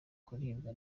kuribwa